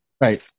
right